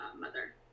mother